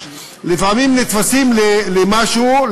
לפעמים נתפסים למשהו,